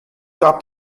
gab